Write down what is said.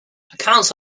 accounts